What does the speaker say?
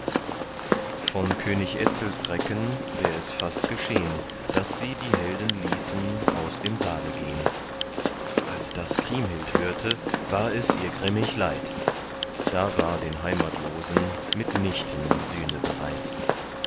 von könig etzels recken wär es fast geschehn daß sie die helden ließen aus dem saale gehn als das kriemhild hörte es war ihr grimmig leid da war den heimatlosen mit nichten sühne bereit